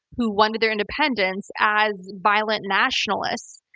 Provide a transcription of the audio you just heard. who wanted their independence, as violent nationalists.